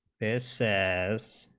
is says